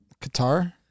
Qatar